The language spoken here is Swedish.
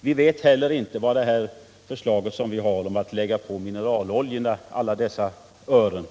Vi vet inte heller vad förslaget om att lägga på mineraloljorna alla dessa ören